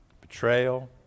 Betrayal